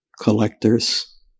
collectors